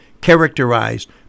characterized